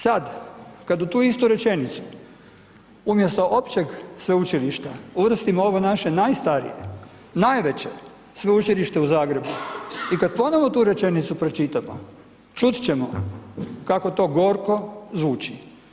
Sad, kad u tu istu rečenicu umjesto općeg sveučilišta, uvrstimo ovo naše najstarije, najveće Sveučilište u Zagrebu i kad ponovo tu rečenicu pročitamo čut ćemo kako to gorko zvuči.